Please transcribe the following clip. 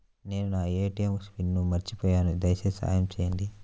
నేను నా ATM pin మర్చిపోయాను దయచేసి సహాయం చేయండి